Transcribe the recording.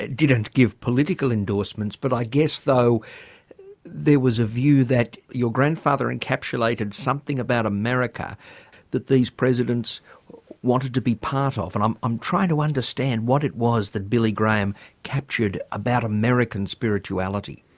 didn't give political endorsements but i guess though there was a view that your grandfather encapsulated something about america that these presidents wanted to be part of and i'm i'm trying to understand what it was that billy graham captured about american spirituality.